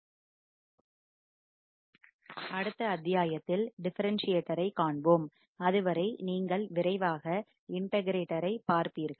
அடுத்த அத்தியாயத்தில் டிஃபரன்ஸ்சியேட்டர் ஐ காண்போம் அதுவரை நீங்கள் விரைவாக இன்ட்டகிரேட்ட்டர் ஐ பார்ப்பீர்கள்